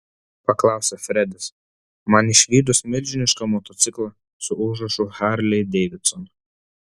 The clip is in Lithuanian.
paklausė fredis man išvydus milžinišką motociklą su užrašu harley davidson